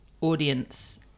audience